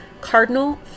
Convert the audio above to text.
cardinal